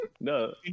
No